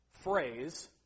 phrase